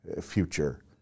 future